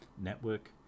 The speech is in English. network